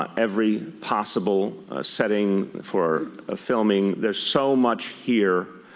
every possible setting for filming. there's so much here.